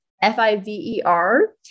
F-I-V-E-R